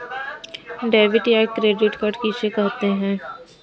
Debit या credit card किसे कहते हैं?